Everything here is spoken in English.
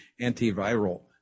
antiviral